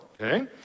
okay